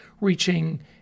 reaching